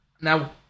Now